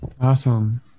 Awesome